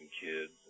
kids